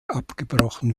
abgebrochen